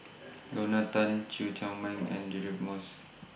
Lorna Tan Chew Chor Meng and Deirdre Moss